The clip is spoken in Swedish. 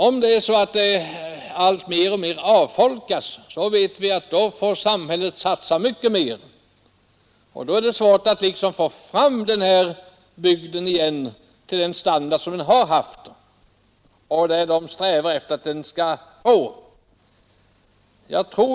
Om sydöstra Skåne i stället alitmer avfolkas får samhället satsa mycket mer pengar, och ändå kan det bli svårt att återge bygden den standard som den har haft.